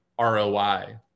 ROI